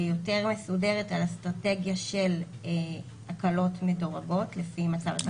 מסודרת על אסטרטגיה של הקלות מדורגות לפי מצב התחלואה.